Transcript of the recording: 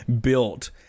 built